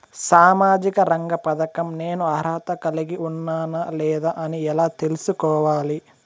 సామాజిక రంగ పథకం నేను అర్హత కలిగి ఉన్నానా లేదా అని ఎలా తెల్సుకోవాలి?